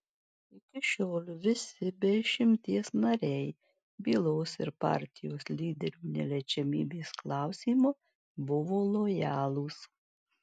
iki šiol visi be išimties nariai bylos ir partijos lyderių neliečiamybės klausimu buvo lojalūs